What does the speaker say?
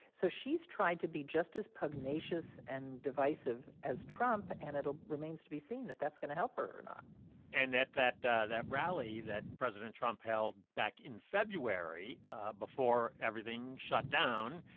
so she's tried to be just as pugnacious and divisive as trump, and it ah remains to be seen if that's going to help her or not and at that that rally that president trump held back in february before everything shut down,